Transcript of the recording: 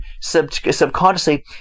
subconsciously